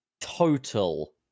total